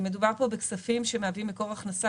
מדובר פה בכספים שמהווים מקור הכנסה